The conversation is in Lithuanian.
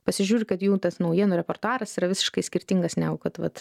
pasižiūri kad jų tas naujienų repertuaras yra visiškai skirtingas negu kad vat